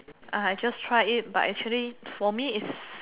ah I just try it but actually for me is